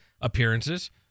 appearances